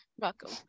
Welcome